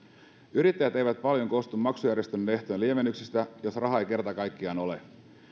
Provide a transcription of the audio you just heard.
yrittäjät eivät paljon kostu maksujärjestelmän ehtojen lievennyksestä jos rahaa ei kerta kaikkiaan ole